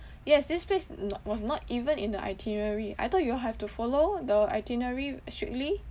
yes this place not was not even in the itinerary I thought you all have to follow the itinerary strictly